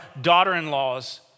daughter-in-laws